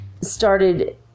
started